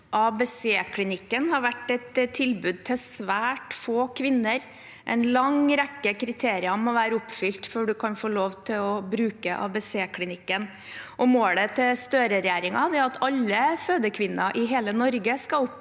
ABC-klinikken har vært et tilbud til svært få kvinner. En lang rekke kriterier må være oppfylt for å få lov til å bruke ABC-klinikken. Målet til Støre-regjeringen er at alle fødekvinner i hele Norge skal oppleve